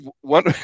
one